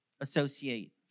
associate